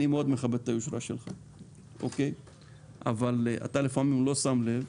אני מאוד מכבד את היושרה שלך אבל אתה לפעמים לא שם לב.